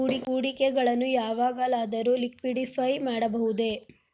ಹೂಡಿಕೆಗಳನ್ನು ಯಾವಾಗಲಾದರೂ ಲಿಕ್ವಿಡಿಫೈ ಮಾಡಬಹುದೇ?